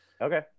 Okay